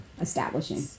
establishing